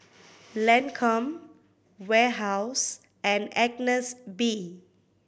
Lancome Warehouse and Agnes B